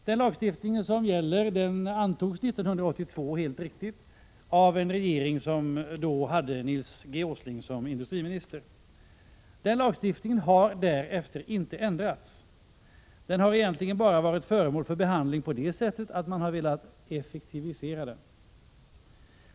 Den lagstiftning som gäller antogs 1982 av en regering som hade Nils G. Åsling som industriminister. Den lagstiftningen har därefter inte ändrats. Den har egentligen bara varit föremål för behandling på det sättet att man har velat effektivisera den.